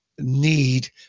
need